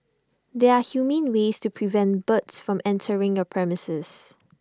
there are humane ways to prevent birds from entering your premises